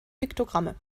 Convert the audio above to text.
piktogramme